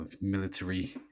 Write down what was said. military